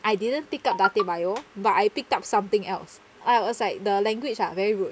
I didn't pick up dattebayo but I picked up something else I was like the language ah very rude